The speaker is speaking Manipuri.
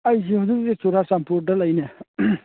ꯑꯩꯁꯤ ꯍꯧꯖꯤꯛ ꯍꯧꯖꯤꯛ ꯆꯨꯔꯥꯆꯥꯟꯄꯨꯔꯗ ꯂꯩꯅꯦ